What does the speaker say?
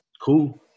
cool